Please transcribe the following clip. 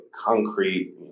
concrete